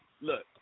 Look